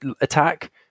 attack